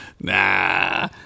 Nah